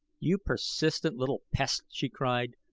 you persistent little pest, she cried.